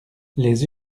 les